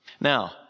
Now